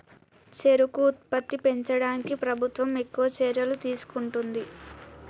చెరుకు ఉత్పత్తి పెంచడానికి ప్రభుత్వం ఎక్కువ చర్యలు తీసుకుంటుంది